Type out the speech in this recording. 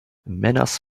manners